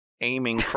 aiming